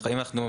אם אנחנו,